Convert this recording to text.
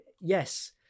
yes